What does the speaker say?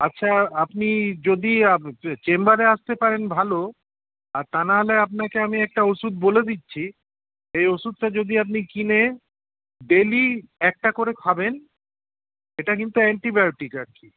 আচ্ছা আপনি যদি চেম্বারে আসতে পারেন ভালো আর তা নাহলে আপনাকে একটা ওষুধ বলে দিচ্ছি সেই ওষুধটা যদি আপনি কিনে ডেলি একটা করে খাবেন এটা কিন্তু অ্যান্টিবায়োটিক আর কি